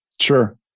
Sure